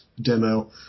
demo